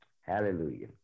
Hallelujah